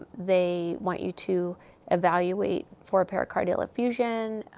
they want you to evaluate for a pericardial effusion,